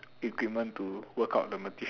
equipment to work out the material